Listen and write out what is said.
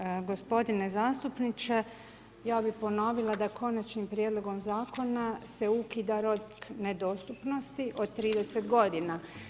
Poštovani gospodine zastupniče, ja bih ponovila da Konačnim prijedlogom Zakona se ukida rok nedostupnosti od 30 godina.